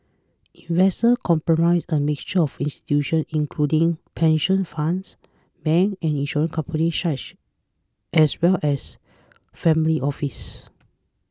investors comprise a mixture of institutions including pension funds banks and insurance company as well as family offices